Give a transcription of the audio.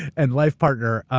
and life partner,